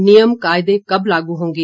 नियम कायदे कब लागू होंगे